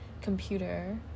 computer